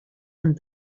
and